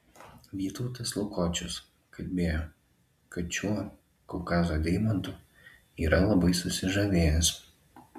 vytautas lukočius kalbėjo kad šiuo kaukazo deimantu yra labai susižavėjęs